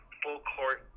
full-court